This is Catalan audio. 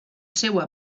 seua